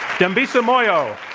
dambisa moyo.